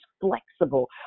flexible